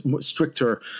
stricter